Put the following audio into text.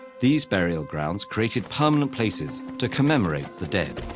these burial grounds created permanent places to commemorate the dead.